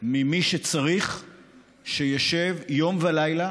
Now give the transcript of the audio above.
שמי שצריך ישב יום ולילה